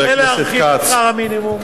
שכר המינימום.